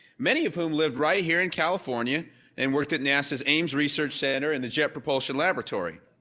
many of whom live right here in california and worked at nasa ames research center in the jet propulsion laboratory.